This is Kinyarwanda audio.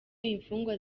imfungwa